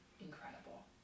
incredible